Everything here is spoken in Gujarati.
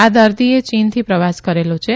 આ દર્દીએ ચીનથી પ્રવાસ કરેલો છે